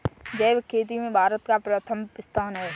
जैविक खेती में भारत का प्रथम स्थान है